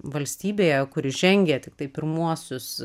valstybėje kuri žengia tiktai pirmuosius